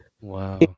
wow